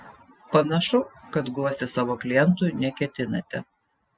panašu kad guosti savo klientų neketinate